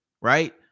right